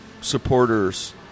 supporters